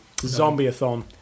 Zombie-a-thon